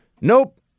Nope